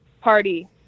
party